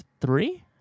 three